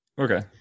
Okay